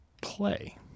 play